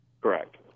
correct